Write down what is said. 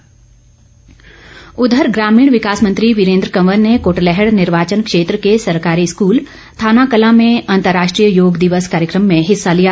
वीरेन्द्र कंवर उधर ग्रामीण विकास मंत्री वीरेन्द्र कंवर ने कृटलैहड निर्वाचन क्षेत्र के सरकारी स्कूल थानाकलां में अंतर्राष्ट्रीय योग दिवस कार्यक्रम में हिस्सा लिया